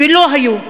ולא היו,